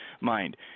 mind